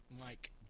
Mike –